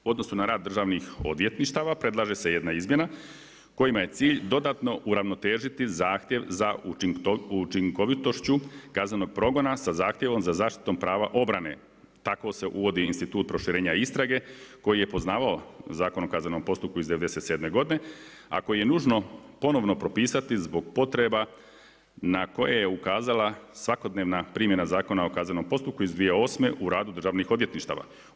U odnosu na rad državnih odvjetništava, predlaže se jedna izmjena kojima je cilj dodatno uravnotežiti zahtjev za učinkovitošću kaznenog progona sa zahtjevom za zaštitom prava obrane, tako se uvodi institut proširenja istrage, koji je poznavao Zakon o kaznenom postupku iz 97' godine a koji je nužno ponovno propisati zbog potreba na koje je ukazala svakodnevna primjena Zakona o kaznom postupku iz 2008. u radu državnih odvjetništava.